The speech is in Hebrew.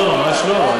לא, ממש לא.